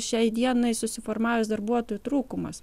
šiai dienai susiformavęs darbuotojų trūkumas